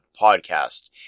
podcast